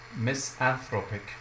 misanthropic